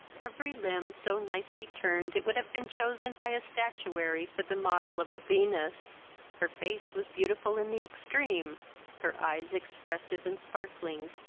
every limb so nicely turned, it would have been chosen by a statuary for the model of a venus her face was beautiful in the extreme her eyes expressive and sparkling,